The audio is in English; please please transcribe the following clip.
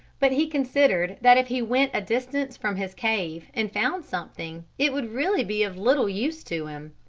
but he considered that if he went a distance from his cave and found something it would really be of little use to him.